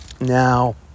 Now